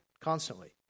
constantly